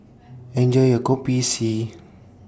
Enjoy your Kopi C